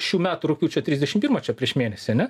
šių metų rugpjūčio trisdešim pirmą čia prieš mėnesį ane